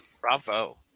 Bravo